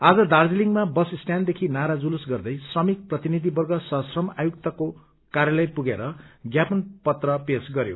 आज दार्जालिङमा बस स्टयाण्डदेखि नारा जुलुस गर्दै श्रमिक प्रतिनिधिवर्ग सह श्रम आयुक्तको कार्यलय पुगेर ज्ञापन पत्र पेश गर्यो